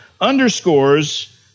underscores